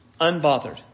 unbothered